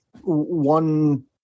one